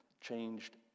changed